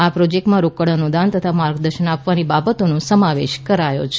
આ પ્રોજેક્ટમાં રોકડ અનુદાન તથા માર્ગદર્શન આપવાની બાબતોનો સમાવેશ કરાયો છે